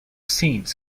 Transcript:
scenes